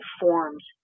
forms